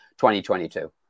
2022